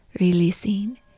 releasing